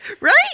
right